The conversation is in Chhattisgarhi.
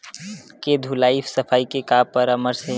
के धुलाई सफाई के का परामर्श हे?